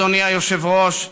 אדוני היושב-ראש,